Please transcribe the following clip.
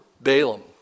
Balaam